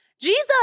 Jesus